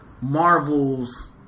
Marvel's